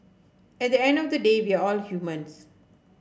at the end of the day we are all humans